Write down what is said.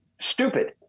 stupid